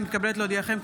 אני מתכבדת להודיעכם,